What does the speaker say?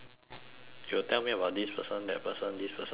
you'll tell me about this person that person this person that person